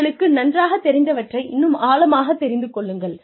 உங்களுக்கு நன்றாகத் தெரிந்தவற்றை இன்னும் ஆழமாகத் தெரிந்து கொள்ளுங்கள்